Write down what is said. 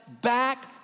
back